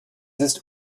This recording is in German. ist